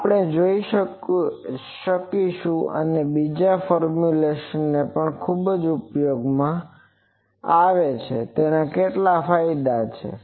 તો આપણે જોઈશું કે બીજી ફોર્મ્યુલેશનનો પણ ખૂબ ઉપયોગ કરવામાં આવે છે અને તેના કેટલાક ફાયદા છે